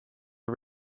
for